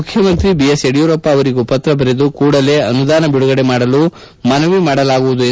ಮುಖ್ಯಮಂತ್ರಿ ಬಿಎಸ್ ಯಡಿಯೂರಪ್ಪ ಅವರಿಗೂ ಪತ್ರ ಬರೆದು ಕೂಡಲೇ ಅನುದಾನ ಬಿಡುಗಡೆ ಮಾಡಲು ಮನವಿ ಮಾಡಲಾಗುವುದು ಎಂದರು